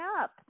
up